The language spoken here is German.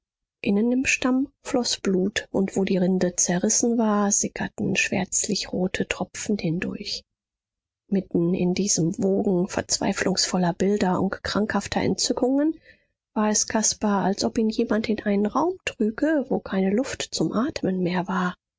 innen im stamm floß blut und wo die rinde zerrissen war sickerten schwärzlichrote tropfen hindurch mitten in diesem wogen verzweiflungsvoller bilder und krankhafter entzückungen war es caspar als ob ihn jemand in einen raum trüge wo keine luft zum atmen mehr war